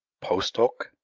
post hoc,